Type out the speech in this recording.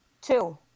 Two